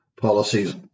policies